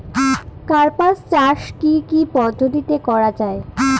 কার্পাস চাষ কী কী পদ্ধতিতে করা য়ায়?